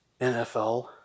NFL